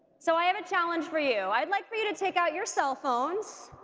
so i have a challenge for you, i'd like for you to take out your cell phones